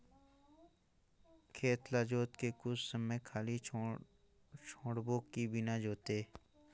खेत ल जोत के कुछ समय खाली छोड़बो कि बिना जोते?